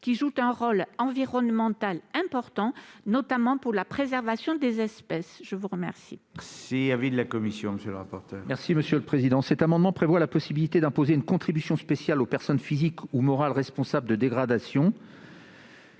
qui jouent un rôle environnemental important, notamment pour la préservation des espèces. Quel